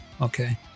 Okay